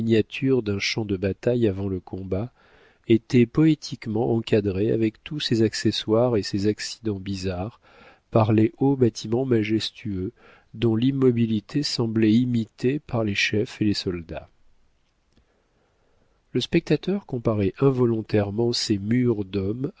d'un champ de bataille avant le combat était poétiquement encadré avec tous ses accessoires et ses accidents bizarres par les hauts bâtiments majestueux dont l'immobilité semblait imitée par les chefs et les soldats le spectateur comparait involontairement ces murs d'hommes